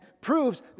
proves